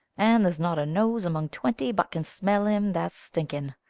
and there's not a nose among twenty but can smell him that's stinking.